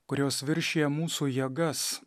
kurios viršija mūsų jėgas